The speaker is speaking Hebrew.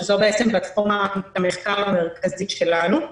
שזו פלטפורמת המחקר המרכזית שלנו.